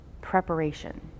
Preparation